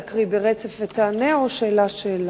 להקריא ברצף ותענה, או שאלה שאלה?